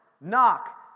Knock